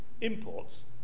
imports